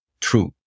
true